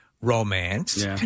romance